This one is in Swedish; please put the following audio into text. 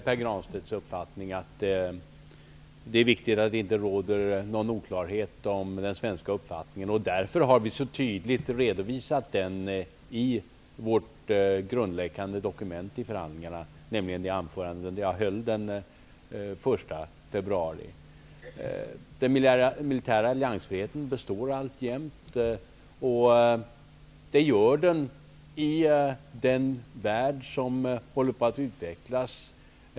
Herr talman! Jag delar nog Pär Granstedts synpunkt att det är viktigt att det inte råder någon oklarhet om den svenska uppfattningen. Därför har vi så tydligt redovisat den i vårt grundläggande dokument i förhandlingarna, nämligen det anförande jag höll den 1 februari. Den militära alliansfriheten består alltjämt. Det gör den i den värld som håller på att utvecklas.